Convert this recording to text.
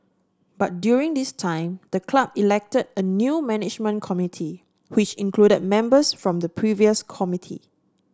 but during this time the club elected a new management committee which included members from the previous committee